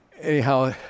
Anyhow